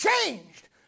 changed